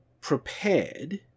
prepared